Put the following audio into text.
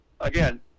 again